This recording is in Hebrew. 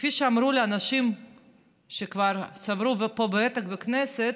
כפי שאמרו לי אנשים שכבר צברו פה ותק בכנסת: